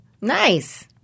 Nice